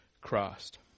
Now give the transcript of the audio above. Christ